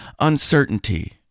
Uncertainty